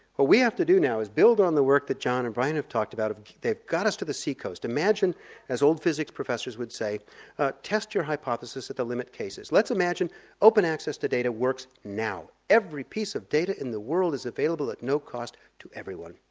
what we have to do now is build on the work that john and brian have talked about. they've got us to the sea coast. imagine as old physics professors would say test your hypothesis at the limit cases. let's imagine open access to data works now, every piece of data in the world is available at no cost to everyone.